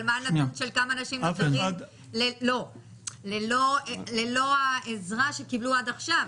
אבל כמה אנשים נותרים ללא העזרה שהם קיבלו עד עכשיו?